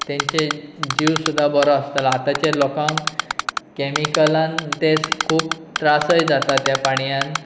तेंचे जीव सुद्दा बरो आसतलो आतांचे लोकांक कॅमिकलान ते खूब त्रासय जाता त्या पाणयन